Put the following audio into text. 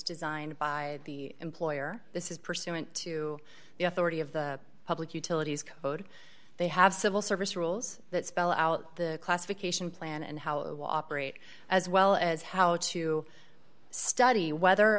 designed by the employer this is pursuant to the authority of the public utilities code they have civil service rules that spell out the classification plan and how a whopper ate as well as how to study whether